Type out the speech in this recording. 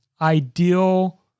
ideal